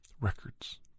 records